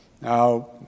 Now